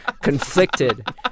conflicted